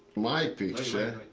my picture.